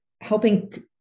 helping